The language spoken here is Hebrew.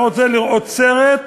אתה רוצה לראות סרט,